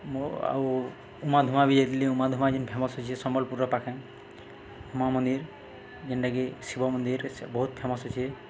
ମୁଁ ଆଉ ଉମାଧୁମା ବି ଯାଇଥିଲି ଉମାଧୁମା ଯେନ୍ ଫେମସ୍ ଅଛେ ସମ୍ବଲପୁରର ପାଖେ ଉମା ମନ୍ଦିର ଯେନ୍ଟାକି ଶିବ ମନ୍ଦିର ବହୁତ ଫେମସ୍ ଅଛେ